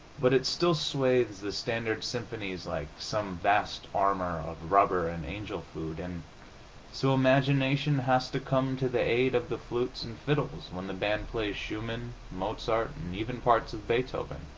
but it still swathes the standard symphonies like some vast armor of rubber and angel food, and so imagination has to come to the aid of the flutes and fiddles when the band plays schumann, mozart, and even parts of beethoven.